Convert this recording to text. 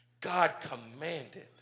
God-commanded